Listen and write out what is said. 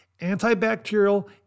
antibacterial